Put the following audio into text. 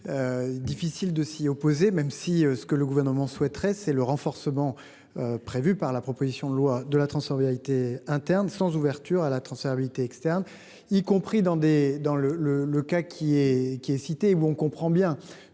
Difficile de s'y opposer. Même si ce que le gouvernement souhaiterait c'est le renforcement. Prévu par la proposition de loi de la transférabilité interne sans ouverture à la transférabilité externe y compris dans des, dans le le le cas qui est, qui est cité où on comprend bien.